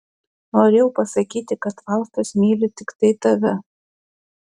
norėjau pasakyti kad faustas myli tiktai tave